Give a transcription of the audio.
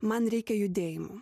man reikia judėjimo